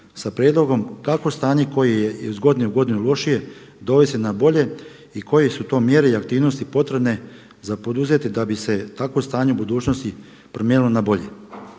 sa prijedlogom kako stanje koje je iz godine u godinu lošije dovesti na bolje i koje su to mjere i aktivnosti potrebne za poduzeti da bi se takvo stanje u budućnosti promijenilo na bolje.